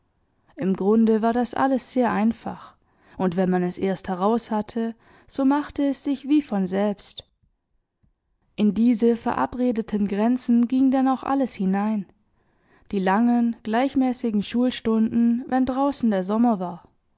im grunde war das alles sehr einfach und wenn man es erst heraus hatte so machte es sich wie von selbst in diese verabredeten grenzen ging denn auch alles hinein die langen gleichmäßigen schulstunden wenn draußen der sommer war